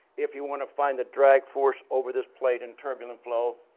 if you want to find the drag force over this plate and turbulent flow,